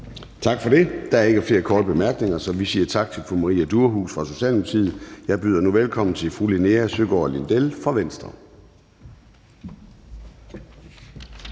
Tak. Der er ikke flere korte bemærkninger, så vi siger tak til fru Maria Durhuus fra Socialdemokratiet. Jeg byder nu velkommen til fru Linea Søgaard-Lidell fra Venstre.